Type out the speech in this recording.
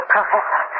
Professor